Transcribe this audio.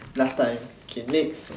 last time okay next